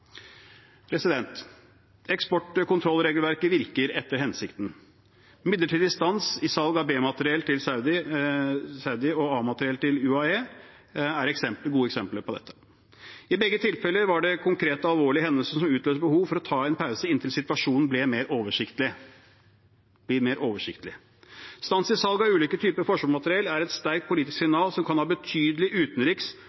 Eksportkontrollregelverket virker etter hensikten. Midlertidig stans i salget av B-materiell til Saudi-Arabia og A-materiell til De forente arabiske emirater er gode eksempler på dette. I begge tilfellene var det konkrete, alvorlige hendelser som utløste behovet for å ta en pause inntil situasjonen blir mer oversiktlig. Stans i salg av ulike typer forsvarsmateriell er et sterkt politisk